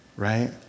right